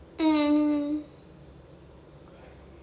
mm